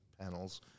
panels